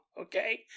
okay